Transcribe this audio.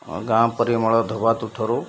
ଗାଁ ପରିମଳ ଧୋବା ତୁଠରୁ